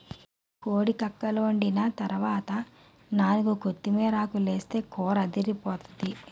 కోడి కక్కలోండిన తరవాత నాలుగు కొత్తిమీరాకులేస్తే కూరదిరిపోతాది